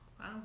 Wow